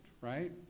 right